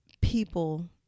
people